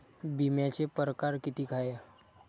बिम्याचे परकार कितीक हाय?